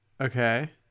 okay